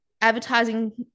advertising